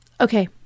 okay